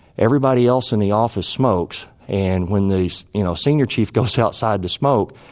everybody else in the office smokes, and when the you know senior chief goes outside to smoke,